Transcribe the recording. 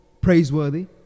praiseworthy